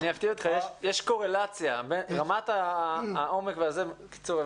אפתיע אותך: יש קורלציה בין רמת העומק לבין הנוכחות בקיצור,